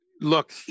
Look